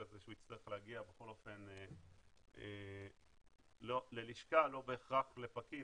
זה שהוא יצטרך להגיע בכל אופן ללשכה לא בהכרח לפקיד,